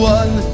one